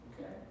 Okay